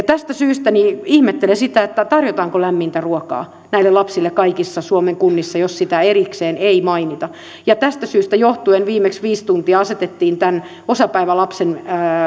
tästä syystä ihmettelen sitä että tarjotaanko lämmintä ruokaa näille lapsille kaikissa suomen kunnissa jos sitä erikseen ei mainita ja tästä syystä johtuen viimeksi viisi tuntia asetettiin tämän osapäivälapsen